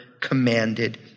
commanded